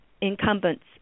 incumbents